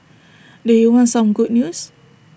do you want some good news